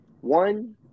One